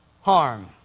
harm